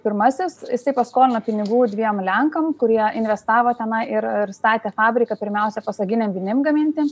pirmasis jisai paskolino pinigų dviem lenkam kurie investavo tenai ir ir statė fabriką pirmiausipasaginėm vinim gaminti